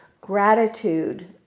gratitude